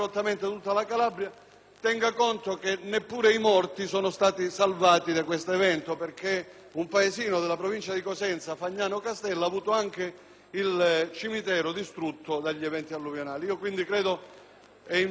tenga conto che neppure i morti sono stati salvati da questo evento, perché un paesino della Provincia di Cosenza, Fagnano Castello, ha avuto anche il cimitero distrutto dagli eventi alluvionali.